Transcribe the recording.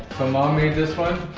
mom made this one?